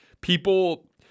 people